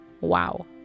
wow